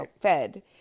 fed